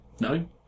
No